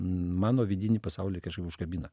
mano vidinį pasaulį kažkaip užkabina